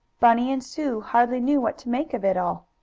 bunny and sue hardly knew what to make of it all.